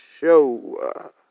show